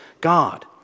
God